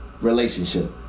relationship